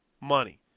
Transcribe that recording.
money